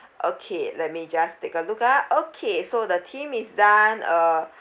okay let me just take a look ah okay so the theme is done uh